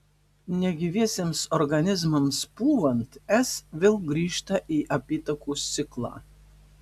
negyviesiems organizmams pūvant s vėl grįžta į apytakos ciklą